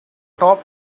top